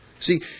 See